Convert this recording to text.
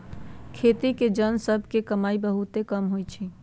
खेती के जन सभ के कमाइ बहुते कम होइ छइ